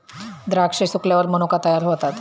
द्राक्षे सुकल्यावर मनुका तयार होतात